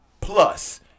plus